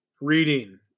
reading